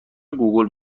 گوگول